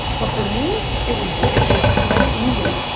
but for me, it was bullshit, because i didn't need it,